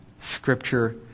Scripture